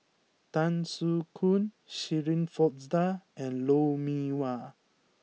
Tan Soo Khoon Shirin Fozdar and Lou Mee Wah